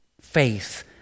faith